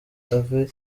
ave